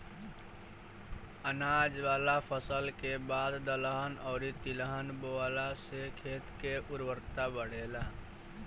अनाज वाला फसल के बाद दलहन अउरी तिलहन बोअला से खेत के उर्वरता बढ़ेला